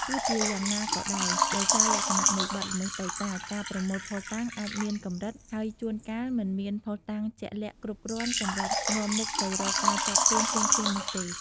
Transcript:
ទោះជាយ៉ាងណាក៏ដោយ ដោយសារលក្ខណៈនៃបទល្មើសតូចតាច ការប្រមូលភស្តុតាងអាចមានកម្រិត ហើយជួនកាលមិនមានភស្តុតាងជាក់លាក់គ្រប់គ្រាន់សម្រាប់នាំមុខទៅរកការចាប់ខ្លួនភ្លាមៗនោះទេ។